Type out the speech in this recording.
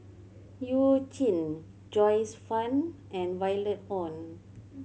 You Jin Joyce Fan and Violet Oon